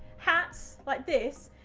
hats like this,